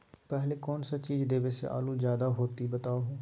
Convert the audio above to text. पहले कौन सा चीज देबे से आलू ज्यादा होती बताऊं?